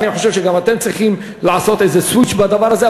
אני חושב שגם אתם צריכים לעשות איזה סוויץ' בדבר הזה.